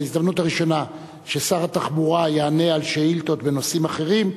בהזדמנות הראשונה ששר התחבורה יענה של שאילתות בנושאים אחרים,